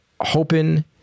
hoping